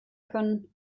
können